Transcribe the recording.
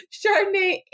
chardonnay